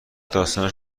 داستانش